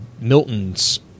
Milton's